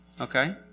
Okay